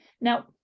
Now